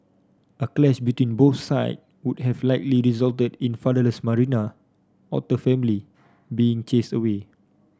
a clash between both side would have likely resulted in the fatherless Marina otter family being chased away